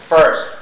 First